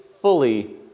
fully